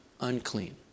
unclean